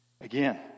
again